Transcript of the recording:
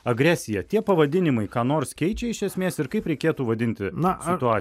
agresija tie pavadinimai ką nors keičia iš esmės ir kaip reikėtų vadinti situaciją